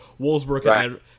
Wolfsburg